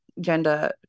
gender